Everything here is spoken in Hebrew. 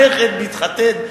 הנכד מתחתן,